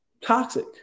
toxic